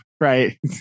Right